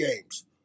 games